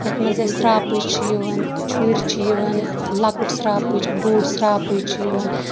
یَتھ منٛز اَسہِ شراکپٕچ چھِ یِوان چُھرۍ چھِ یِوان لۄکُٹ شراکپٕچ بوٚڑ شراکپٕچ چھُ یِوان